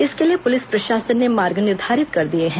इसके लिए पुलिस प्रशासन ने मार्ग निर्धारित कर दिए हैं